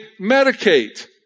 medicate